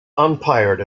umpired